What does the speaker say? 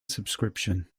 subscription